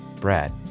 Brad